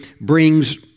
brings